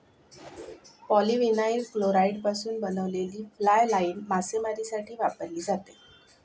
polyvinyl क्लोराईडपासून बनवलेली fly line मासेमारीसाठी वापरली जाते